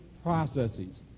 processes